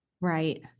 Right